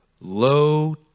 low